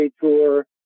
tour